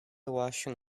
washing